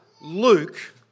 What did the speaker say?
Luke